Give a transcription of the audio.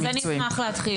אז אני אשמח להתחיל.